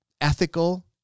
ethical